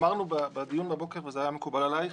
אמרנו בדיון בבוקר, וזה היה מקובל עלייך,